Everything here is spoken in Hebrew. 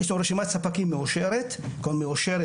יש לנו רשימת ספקים מאושרת פדגוגית,